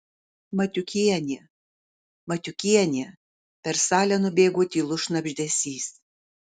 matiukienė matiukienė per salę nubėgo tylus šnabždesys